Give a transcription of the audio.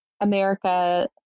America